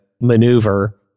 maneuver